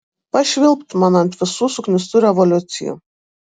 pašvilpt man ant visų suknistų revoliucijų